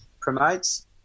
promotes